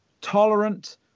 tolerant